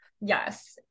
yes